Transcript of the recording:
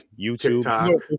YouTube